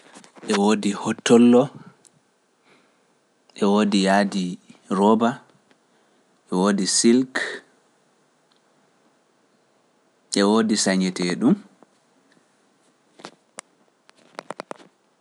E woodi hotollo, e woodi yaadi roba, e woodi silk, e woodi saññete ɗum.